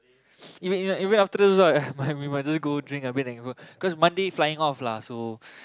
you know you know you know even afternoon also right might we we might also just go drink a bit and go cause Monday flying off lah so